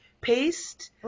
paste